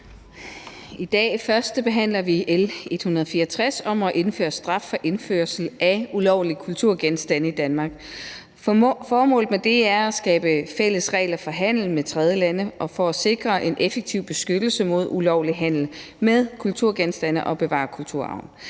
I dag førstebehandler vi L 164 om at indføre straf for indførsel af ulovlige kulturgenstande i Danmark. Formålet med det er at skabe fælles regler for handel med tredjelande og at sikre en effektiv beskyttelse mod ulovlig handel med kulturgenstande og bevare kulturarven.